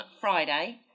Friday